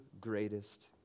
greatest